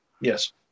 Yes